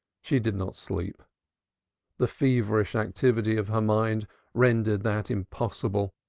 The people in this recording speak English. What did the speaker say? she did not sleep the feverish activity of her mind rendered that impossible,